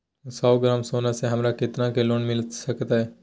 सौ ग्राम सोना से हमरा कितना के लोन मिलता सकतैय?